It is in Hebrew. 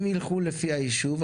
אם ילכו לפי הישוב,